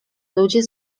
ludzie